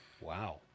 Wow